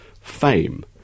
fame